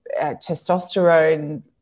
testosterone